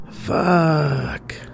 Fuck